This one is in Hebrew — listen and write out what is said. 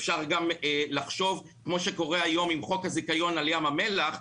אפשר גם לחשוב כמו שקורה היום עם חוק הזיכיון על ים המלח,